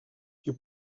you